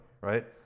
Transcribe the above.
right